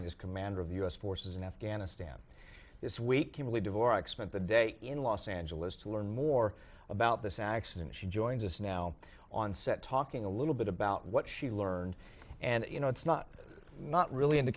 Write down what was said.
as commander of u s forces in afghanistan this week kimberly devor expand the day in los angeles to learn more about this accident she joins us now on set talking a little bit about what she learned and you know it's not not really in